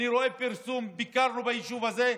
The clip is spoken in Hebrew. אני רואה פרסום: ביקרנו ביישוב הזה,